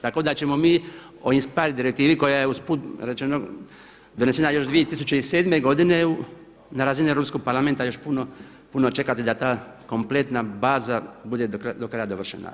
Tako da ćemo mi o INSPIRE direktivi koja je usput rečeno donesena još 2007. godine na razini Europskog parlamenta još puno, puno čekati da ta kompletna baza bude do kraja dovršena.